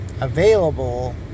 available